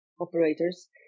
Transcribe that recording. operators